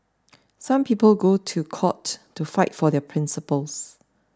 some people go to court to fight for their principles